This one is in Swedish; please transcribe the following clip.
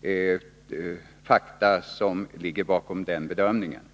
kortfattat redogöra för de fakta som ligger bakom den bedömningen.